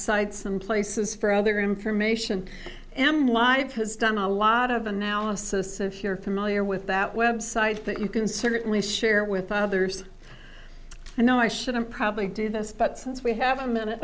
sites and places for other information am live has done a lot of analysis if you're familiar with that website you can certainly share it with others i know i shouldn't probably do this but since we have a minute